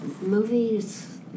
movies